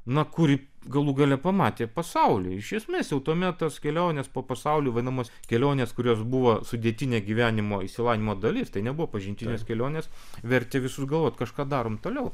na kuri galų gale pamatė pasaulį iš esmės jau tuomet tos kelionės po pasaulį vadinamos kelionės kurios buvo sudėtinė gyvenimo išsilavinimo dalis tai nebuvo pažintinės kelionės vertė visur galvot kažką darom toliau